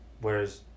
whereas